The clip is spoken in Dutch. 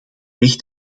weg